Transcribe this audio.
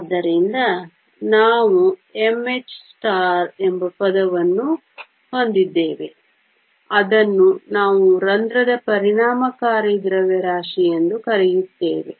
ಆದ್ದರಿಂದ ನಾವು mh ಎಂಬ ಪದವನ್ನು ಹೊಂದಿದ್ದೇವೆ ಅದನ್ನು ನಾವು ರಂಧ್ರದ ಪರಿಣಾಮಕಾರಿ ದ್ರವ್ಯರಾಶಿ ಎಂದು ಕರೆಯುತ್ತೇವೆ